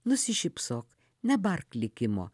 nusišypsok nebark likimo